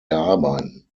erarbeiten